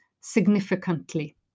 significantly